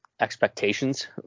expectations